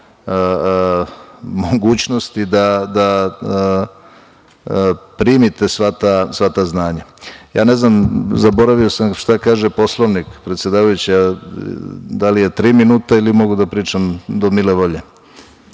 mogućnosti da primite sva ta znanja. Zaboravio sam šta kaže Poslovnik, predsedavajuća. Da li je tri minuta ili mogu da pričam do mile volje?